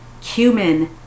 cumin